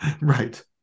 right